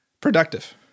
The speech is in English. productive